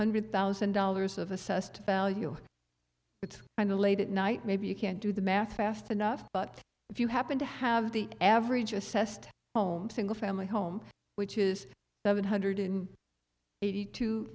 hundred thousand dollars of assessed value it's kind of late at night maybe you can't do the math fast enough but if you happen to have the average assessed home single family home which is one hundred eighty two